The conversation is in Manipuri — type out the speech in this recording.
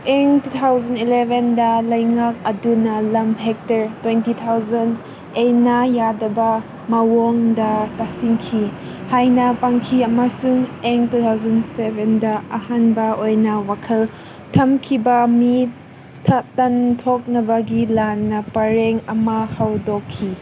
ꯏꯪ ꯇꯨ ꯊꯥꯎꯖꯟ ꯑꯦꯂꯕꯦꯟꯗ ꯂꯩꯉꯥꯛ ꯑꯗꯨꯅ ꯂꯝ ꯍꯦꯛꯇꯔ ꯇ꯭ꯋꯦꯟꯇꯤ ꯊꯥꯎꯖꯟ ꯑꯥꯏꯟꯅ ꯌꯥꯗꯕ ꯃꯑꯣꯡꯗ ꯇꯥꯁꯤꯟꯈꯤ ꯍꯥꯏꯅ ꯄꯟꯈꯤ ꯑꯃꯁꯨꯡ ꯏꯪ ꯊꯥꯎꯖꯟ ꯁꯕꯦꯟꯗ ꯑꯍꯥꯟꯕ ꯑꯣꯏꯅ ꯋꯥꯈꯜ ꯊꯝꯈꯤꯕ ꯃꯤ ꯇꯥꯟꯊꯣꯛꯅꯕꯒꯤ ꯂꯥꯟꯅ ꯄꯔꯦꯡ ꯑꯃ ꯍꯧꯗꯣꯛꯈꯤ